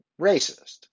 racist